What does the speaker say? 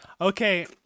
Okay